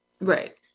right